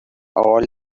all